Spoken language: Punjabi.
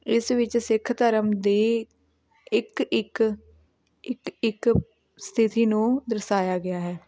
ਇਸ ਵਿੱਚ ਸਿੱਖ ਧਰਮ ਦੀ ਇੱਕ ਇੱਕ ਇੱਕ ਇੱਕ ਸਥਿਤੀ ਨੂੰ ਦਰਸਾਇਆ ਗਿਆ ਹੈ